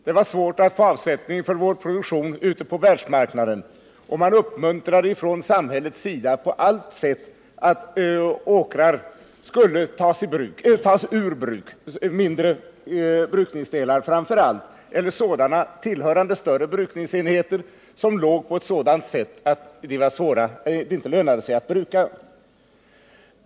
Det var svårt att få avsättning för vår produktion ute på världsmarknaden, och från samhällets sida uppmuntrade man på alla sätt jordbrukarna att ta åkrar ur bruk, framför allt mindre brukningsdelar eller sådana tillhörande större brukningsenheter som låg på ett sådant sätt att de inte lönade sig att bruka.